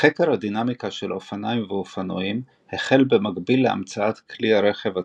חקר הדינמיקה של אופניים ואופנועים החל במקביל להמצאת כלי הרכב עצמו.